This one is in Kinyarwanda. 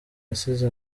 yasize